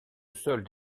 solde